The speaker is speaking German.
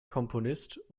komponist